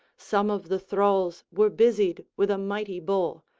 some of the thralls were busied with a mighty bull,